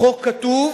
בחוק כתוב,